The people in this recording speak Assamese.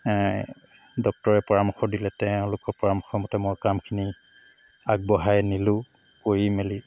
ডক্টৰে পৰামৰ্শ দিলে তেওঁলোকৰ পৰামৰ্শ মতে মই কামখিনি আগবঢ়াই নিলো কৰি মেলি